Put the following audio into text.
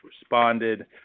responded